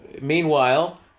meanwhile